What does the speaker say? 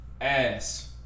ass